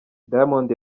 diamond